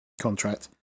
contract